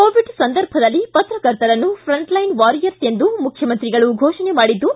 Covid ಸಂದರ್ಭದಲ್ಲಿ ಪತ್ರಕರ್ತರನ್ನು frontline warriors ಎಂದು ಮುಖ್ಯಮಂತ್ರಿಗಳು ಫೋಷಣೆ ಮಾಡಿದ್ದು